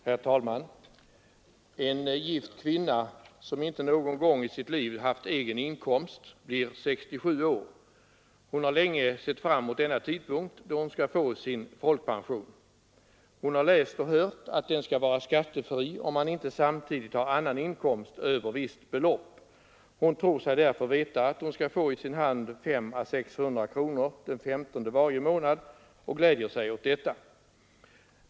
Herr talman! Gift kvinna, som inte någon gång i sitt liv haft egen inkomst, blir 67 år. Hon har länge sett fram emot denna tidpunkt då hon skall få sin folkpension. Hon har läst och hört att den skall vara skattefri om man inte samtidigt har annan inkomst över visst belopp. Hon tror sig därför veta att hon skall få i sin hand 500-600 kronor den 15:e varje månad och gläder sig åt detta.